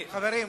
חברים.